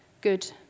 good